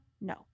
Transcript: No